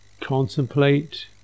contemplate